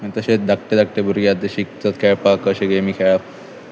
आनी तशेंच धाकटे धाकटे भुरगे आतां शिकतात खेळपाक कशे गेमी खेळप